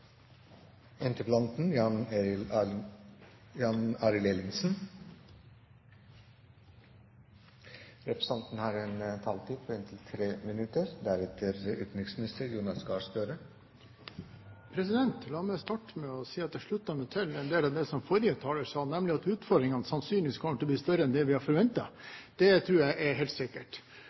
La meg starte med å si at jeg slutter meg til en del av det som forrige taler sa, nemlig at utfordringene sannsynligvis kommer til å bli større enn det vi har forventet. Det tror jeg er helt sikkert.